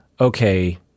okay